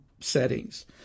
settings